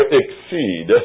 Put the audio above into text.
exceed